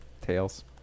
Tails